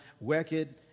wicked